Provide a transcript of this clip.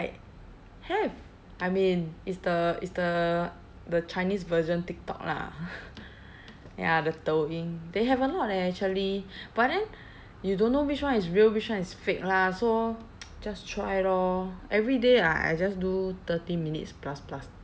have I mean it's the it's the the chinese version TikTok lah ya the Douyin they have a lot eh actually but then you don't know which one is real which one is fake lah so just try lor every day ah I just do thirty minutes plus plus